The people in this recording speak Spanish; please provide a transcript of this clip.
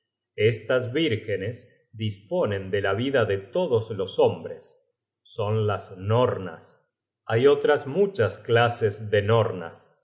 estas vírgenes disponen de la vida de todos los hombres son las nornas l hay otras muchas cla t he